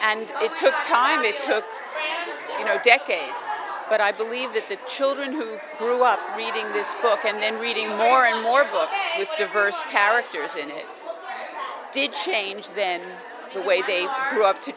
and it took time it took you know decades but i believe that the children who grew up reading this book and then reading more and more books with diverse characters in it did change then the way they grew up to